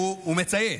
הוא מצייץ.